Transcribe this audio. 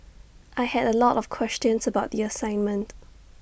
I had A lot of questions about the assignment